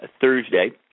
Thursday